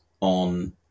on